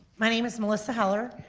my name is melissa heller,